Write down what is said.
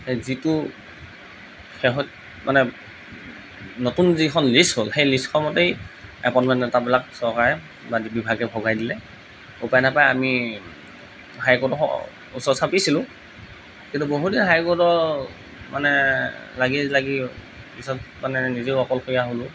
সেই যিটো শেষত মানে নতুন যিখন লিচ হ'ল সেই লিচখন মতেই এপইণ্টমেণ্ট লেটাৰবিলাক চৰকাৰে বা বিভাগে ভগাই দিলে উপায় নাপায় আমি হাইকৰ্টৰ ওচৰ চাপিছিলোঁ কিন্তু বহুতে হাইকৰ্টৰ মানে লাগি লাগি পিছত মানে নিজেও অকলশৰীয়া হ'লোঁ